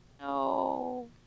No